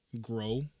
grow